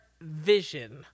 vision